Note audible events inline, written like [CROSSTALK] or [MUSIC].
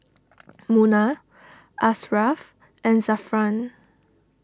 [NOISE] Munah Ashraf and Zafran